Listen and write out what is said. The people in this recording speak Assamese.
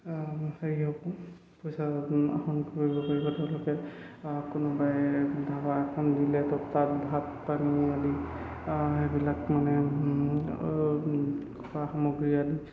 কোনোবাই ধাবা এখন দিলে ত তাত ভাত পানী আদি সেইবিলাক মানে খোৱা সামগ্ৰী আদি